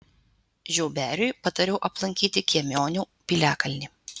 žiauberiui patariau aplankyti kiemionių piliakalnį